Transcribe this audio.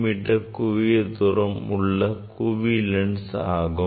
me குவியத் தூரம் உள்ள குவி லென்ஸ் ஆகும்